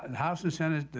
house and senate,